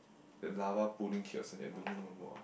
that lava pudding cake or something I don't know ah !wah!